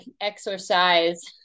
exercise